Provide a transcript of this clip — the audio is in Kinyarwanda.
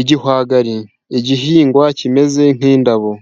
Igihwagari igihingwa kimeze nk'indabo.